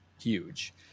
huge